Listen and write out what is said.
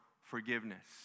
forgiveness